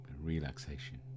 relaxation